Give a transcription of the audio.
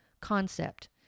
concept